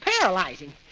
paralyzing